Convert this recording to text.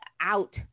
out